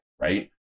right